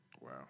Wow